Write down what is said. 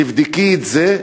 תבדקי את זה,